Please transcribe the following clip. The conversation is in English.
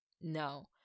no